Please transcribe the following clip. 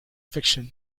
fiction